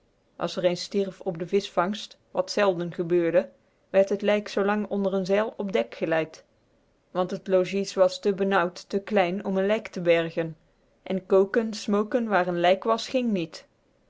as r een stierf op de vischvangst wat zelden gebeurde werd t lijk zoolang onder n zeil op dek geleid want t logies was te benauwd te klein om n lijk te bergen en koken smoken waar n lijk was ging niet